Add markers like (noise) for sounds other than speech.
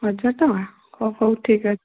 ହଜାର ଟଙ୍କା ହ ହଉ ଠିକ୍ (unintelligible)